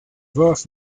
worth